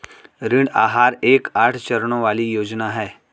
ऋण आहार एक आठ चरणों वाली योजना है